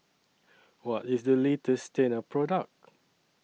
What IS The latest Tena Product